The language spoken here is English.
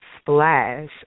splash